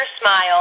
smile